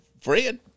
Fred